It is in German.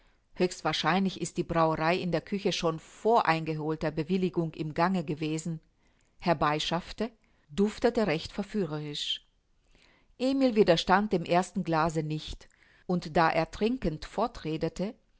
wahrscheinlich ist die brauerei in der küche schon vor eingeholter bewilligung im gange gewesen herbeischaffte duftete recht verführerisch emil widerstand dem ersten glase nicht und da er trinkend